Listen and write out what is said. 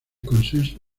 consenso